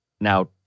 now